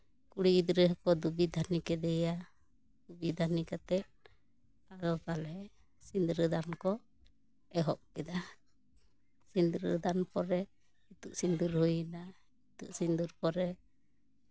ᱠᱩᱲᱤ ᱜᱤᱫᱽᱨᱟᱹ ᱦᱚᱸ ᱠᱚ ᱫᱩᱜᱤ ᱫᱷᱟᱹᱱᱤ ᱠᱮᱫᱮᱭᱟ ᱫᱩᱜᱤ ᱫᱷᱟᱹᱱᱤ ᱠᱟᱛᱮᱜ ᱟᱫᱚ ᱛᱟᱦᱚᱞᱮ ᱥᱤᱸᱫᱽᱨᱟᱹ ᱫᱟᱱ ᱠᱚ ᱮᱦᱚᱵ ᱠᱮᱫᱟ ᱥᱤᱸᱫᱽᱨᱟᱹ ᱫᱟᱱ ᱯᱚᱨᱮ ᱤᱛᱩᱜ ᱥᱤᱸᱫᱩᱨ ᱦᱩᱭ ᱮᱱᱟ ᱤᱛᱩᱜ ᱥᱤᱸᱫᱩᱨ ᱯᱚᱨᱮ